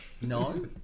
no